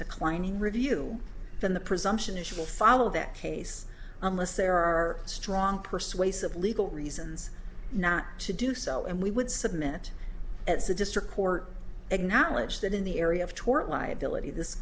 declining review than the presumption is she will follow that case unless there are strong persuasive legal reasons not to do so and we would submit as the district court acknowledged that in the area of tort liability this